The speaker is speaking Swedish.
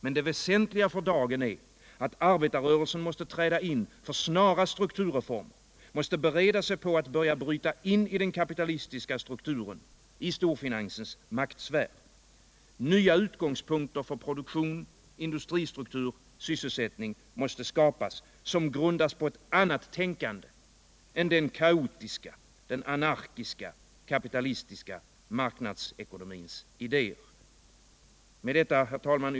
Men det väsentliga för dagen är att arbetarrörelsen måste träda in för snara strukturreformer, måste bereda sig, för att börja bryta in i den kapitalistiska strukturen, i storfinansens maktsfär. Nya utgångspunkter för produktion, industristruktur och sysselsättning måste skapas, utgångspunkter som grundas på ett annat tänkande än den kaotiska och anarkiska kapitalistiska marknadsekonomins idéer. Med detta, herr talman.